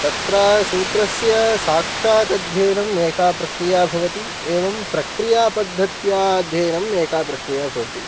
तत्र सूत्रस्य साक्षात् अध्ययनम् एका प्रक्रिया भवति एवं प्रक्रियापद्धत्या अध्ययनम् एका प्रक्रिया भवति